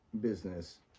business